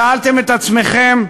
שאלתם את עצמכם,